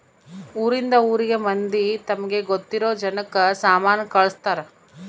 ಊರಿಂದ ಊರಿಗೆ ಮಂದಿ ತಮಗೆ ಗೊತ್ತಿರೊ ಜನಕ್ಕ ಸಾಮನ ಕಳ್ಸ್ತರ್